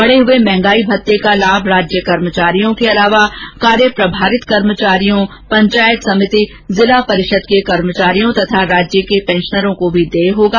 बढे हए महंगाई भत्ते का लाभ राज्य कर्मचारियों के अतिरिक्त कार्य प्रभारित कर्मचारियों पंचायत समिति जिला परिषद के कर्मचारियों तथा राज्य के पेंशनरों को भी देय होगा